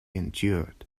endured